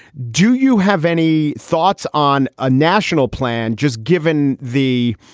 do you have any thoughts on a national plan just given the,